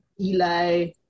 Eli